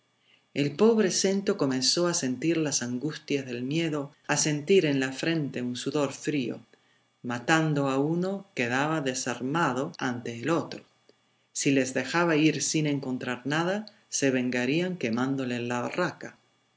el pobre snto comenzó a sentir las angustias del miedo a sentir en la frente un sudor frío matando a uno quedaba desarmado ante el otro si les dejaba ir sin encontrar nada se vengarían quemándole la barraca